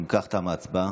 אם כך, תמה ההצבעה.